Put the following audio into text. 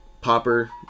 popper